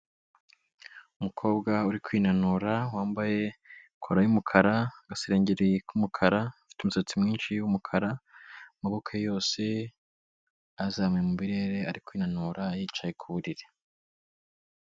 Umukobwa uri kwinanura wambaye kora y'umukara, agasengeri k'umukara, afite umusatsi mwinshi w'umukara, amaboko yose ayazamuye mu birere, ari kwinanura yicaye ku buriri.